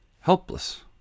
Helpless